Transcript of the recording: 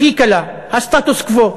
הכי קלה, הסטטוס-קוו,